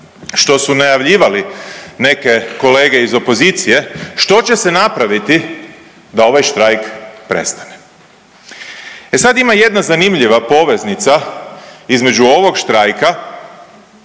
što su najavljivali neke kolege iz opozicije što će se napraviti da ovaj štrajk prestane. E sad ima jedna zanimljiva poveznica između ovog štrajka